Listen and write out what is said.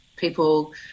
People